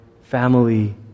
family